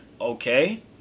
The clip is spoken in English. okay